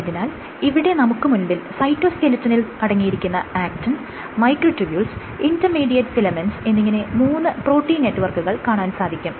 ആയതിനാൽ ഇവിടെ നമുക്ക് മുൻപിൽ സൈറ്റോസ്കെലിറ്റനിൽ അടങ്ങിയിരിക്കുന്ന actin micro tubules intermediate filaments എന്നിങ്ങനെ മൂന്ന് പ്രോട്ടീൻ നെറ്റ് വർക്കുകൾ കാണാൻ സാധിക്കും